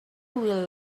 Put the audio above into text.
will